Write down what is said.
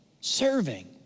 serving